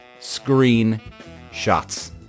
screenshots